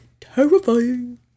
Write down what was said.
terrifying